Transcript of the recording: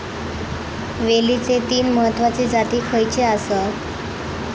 वेलचीचे तीन महत्वाचे जाती खयचे आसत?